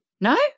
No